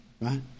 right